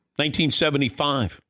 1975